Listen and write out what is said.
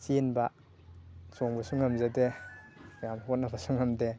ꯆꯦꯟꯕ ꯆꯣꯡꯕꯁꯨ ꯉꯝꯖꯗꯦ ꯌꯥꯝ ꯍꯣꯠꯅꯕꯁꯨ ꯉꯝꯗꯦ